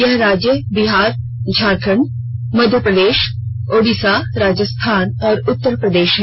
यह राज्य बिहार झारखण्ड मध्य प्रदेश ओडिशा राजस्थान और उत्तर प्रदेश हैं